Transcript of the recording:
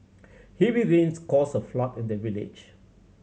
heavy rains caused a flood in the village